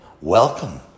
Welcome